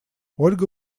ольга